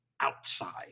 outside